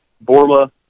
Borla